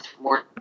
more